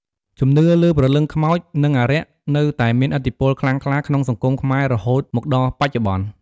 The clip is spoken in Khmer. ជំនឿលើព្រលឹងខ្មោច និងអារក្សនៅតែមានឥទ្ធិពលខ្លាំងក្លាក្នុងសង្គមខ្មែររហូតមកដល់បច្ចុប្បន្ន។